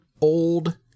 old